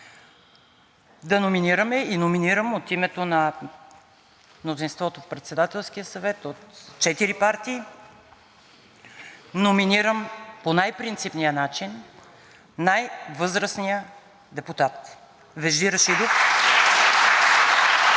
да номинираме и номинираме от името на мнозинството в Председателския съвет от четири партии, номинирам по най-принципния начин най възрастния депутат – Вежди Рашидов.